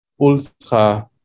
ultra